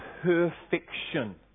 perfection